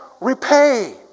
repay